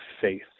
faith